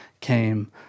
came